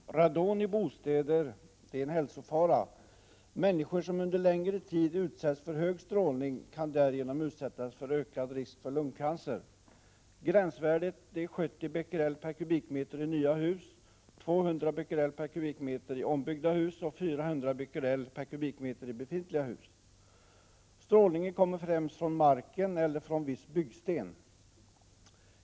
Herr talman! Radon i bostäder är en hälsofara. Människor som under längre tider utsätts för stark strålning kan därigenom utsättas för ökad risk för lungcancer. Gränsvärdet är 70 Bq m? i ombyggda hus och 400 Bq/m? i befintliga hus. Strålningen kommer främst från marken eller från viss byggsten.